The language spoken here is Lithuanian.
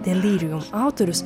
delyrijum autorius